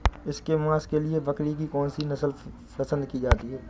इसके मांस के लिए बकरी की कौन सी नस्ल पसंद की जाती है?